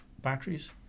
batteries